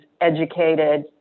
educated